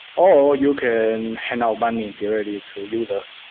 or you can hand out money and directly to users.